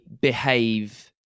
behave